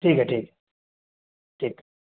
ٹھیک ہے ٹھیک ہے ٹھیک